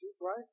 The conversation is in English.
right